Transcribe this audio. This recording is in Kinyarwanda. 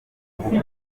ubukwe